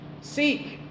Seek